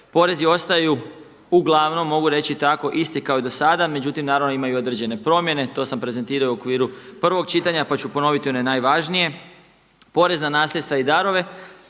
Porezi ostaju uglavnom mogu reći tako isti kao i do sada. Međutim, naravno ima i određene promjene, to sam prezentirao i u okviru prvog čitanja, pa ću ponoviti one najvažnije. Porez na nasljedstva i darove,